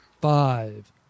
Five